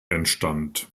entstand